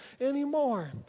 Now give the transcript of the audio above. anymore